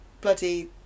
bloody